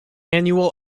annual